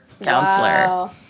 counselor